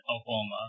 Oklahoma